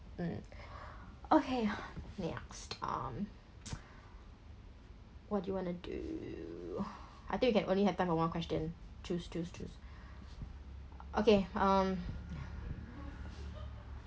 mm okay next um what do you want to do I think we can only have time for one question choose choose choose okay um